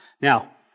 Now